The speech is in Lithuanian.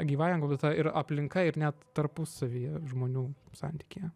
gyvąja gamta ir aplinka ir net tarpusavyje žmonių santykyje